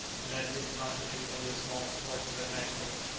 and as these constitute only a small proportion of the vanquished,